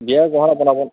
বিয়াৰ গহনা বনাব